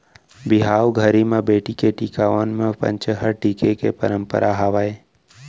बिहाव घरी म बेटी के टिकावन म पंचहड़ टीके के परंपरा हावय